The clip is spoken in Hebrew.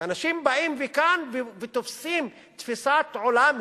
ואנשים באים לכאן ותופסים תפיסת עולם הייררכית: